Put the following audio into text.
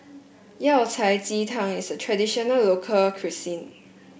Yao Cai Ji Tang is a traditional local cuisine